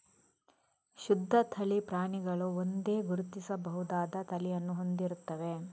ಶುದ್ಧ ತಳಿ ಪ್ರಾಣಿಗಳು ಒಂದೇ, ಗುರುತಿಸಬಹುದಾದ ತಳಿಯನ್ನು ಹೊಂದಿರುತ್ತವೆ